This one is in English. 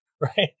right